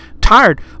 tired